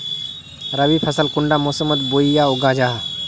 रवि फसल कुंडा मोसमोत बोई या उगाहा जाहा?